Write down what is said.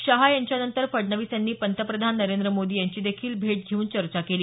शहा यांच्यानंतर फडणवीस यांनी पंतप्रधान नरेंद्र मोदी यांचीदेखील भेट घेऊन चर्चा केली